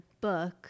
book